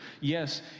Yes